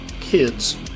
kids